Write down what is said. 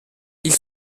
ils